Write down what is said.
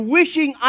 wishing